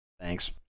thanks